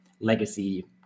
legacy